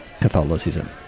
Catholicism